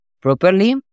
properly